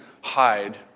hide